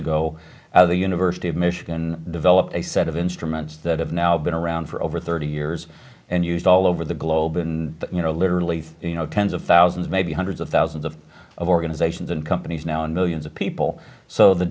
ago the university of michigan developed a set of instruments that have now been around for over thirty years and used all over the globe and you know literally you know tens of thousands maybe hundreds of thousands of organizations and companies now and millions of people so the